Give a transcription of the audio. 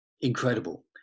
incredible